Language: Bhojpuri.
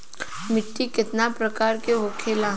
मिट्टी कितना प्रकार के होखेला?